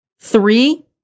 Three